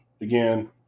Again